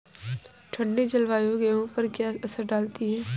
ठंडी जलवायु गेहूँ पर क्या असर डालती है?